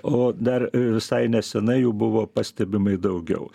o dar visai nesenai jų buvo pastebimai daugiau